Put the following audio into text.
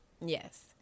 Yes